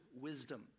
wisdom